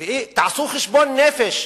תעשו חשבון נפש,